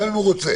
גם אם הוא רוצה.